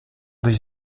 byś